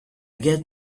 get